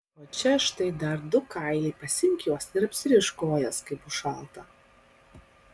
o čia štai dar du kailiai pasiimk juos ir apsirišk kojas kai bus šalta